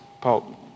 Paul